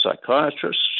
psychiatrists